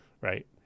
Right